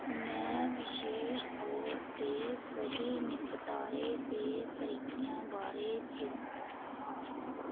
ਮੈਂ ਵਿਸ਼ੇਸ਼ ਤੌਰ 'ਤੇ ਸਹੀ ਨਿਪਟਾਰੇ ਦੇ ਤਰੀਕਿਆਂ ਬਾਰੇ ਚਿੰਤਤ ਹਾਂ